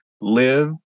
live